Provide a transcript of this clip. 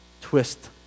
twist